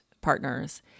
partners